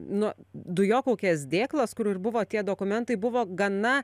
nu dujokaukės dėklas kur ir buvo tie dokumentai buvo gana